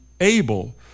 able